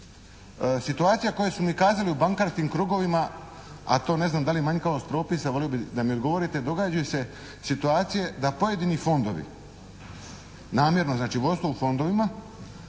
Situacija koju su mi kazali u bankarskim krugovima a to ne znam da li je manjkavost propisa, volio bi da mi odgovorite, događaju se situacije da pojedini fondovi namjerno, znači vodstvo u fondovima,